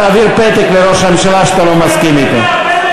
תעביר פתק לראש הממשלה שאתה לא מסכים אתו.